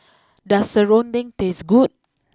does Serunding taste good